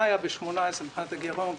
מה היה ב-2018 מבחינת הגירעון,